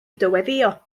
dyweddïo